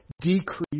decrease